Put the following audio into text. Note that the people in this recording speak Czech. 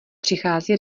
přichází